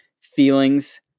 feelings